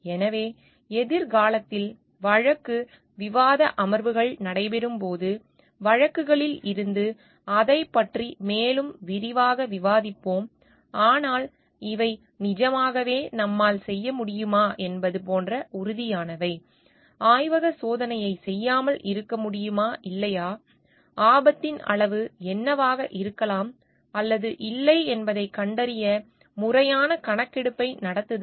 எனவே எதிர்காலத்தில் வழக்கு விவாத அமர்வுகள் நடைபெறும் போது வழக்குகளில் இருந்து அதைப் பற்றி மேலும் விரிவாக விவாதிப்போம் ஆனால் இவை நிஜமாகவே நம்மால் செய்ய முடியுமா என்பது போன்ற உறுதியானவை ஆய்வக சோதனையை செய்யாமல் இருக்க முடியுமா இல்லையா ஆபத்தின் அளவு என்னவாக இருக்கலாம் அல்லது இல்லை என்பதைக் கண்டறிய முறையான கணக்கெடுப்பை நடத்துதல்